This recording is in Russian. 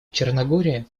черногории